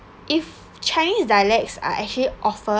if chinese dialects are actually offer